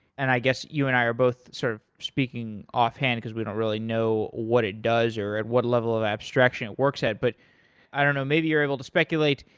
and i guess you and i are both sort of speaking offhand it because we don't really know what it does or at what level of abstraction it works at. but i don't know. maybe you're able to speculate.